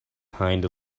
hind